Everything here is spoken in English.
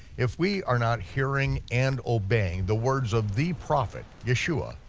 if we are not hearing and obeying the words of the prophet yeshua,